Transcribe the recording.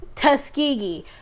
Tuskegee